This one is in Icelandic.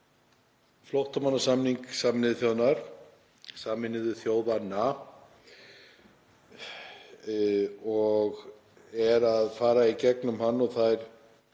flóttamannasamning Sameinuðu þjóðanna og er að fara í gegnum hann og þær